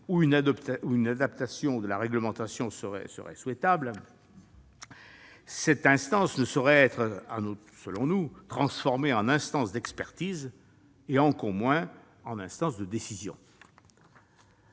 une adaptation de la réglementation serait souhaitable, cette instance ne saurait être, selon nous, transformée en instance d'expertise et encore moins en instance de décision,